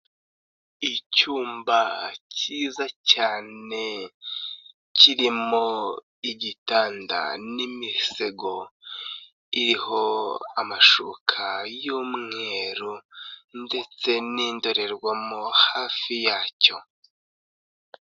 Icyumba cyiza cyane kirimo igitanda n'imisego iriho amashuka y'umweru ndetse n'indorerwamo hafi yacyo.